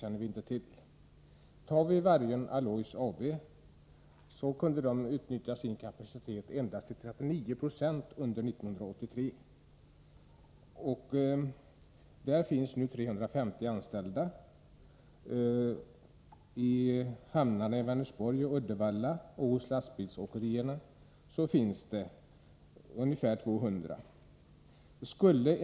Vargön Alloys AB kunde under 1983 utnyttja sin kapacitet till endast 3996. Företaget har 350 anställda. I hamnarna i Vänersborg och Uddevalla samt vid lastbilsåkerierna är ungefär 200 personer sysselsatta.